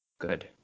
Good